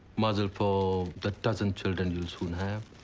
mazel for the dozen children you'll soon have.